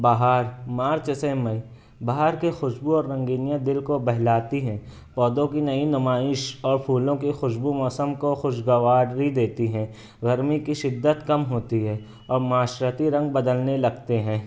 بہار March سے May بہار کی خوشبو اور رنگینیاں دل کو بہلاتی ہیں پودوں کی نئی نمائش اور پھولوں کی خوشبو موسم کو خوشگواری دیتی ہیں گرمی کی شدت کم ہوتی ہے اور معاشرتی رنگ بدلنے لگتے ہیں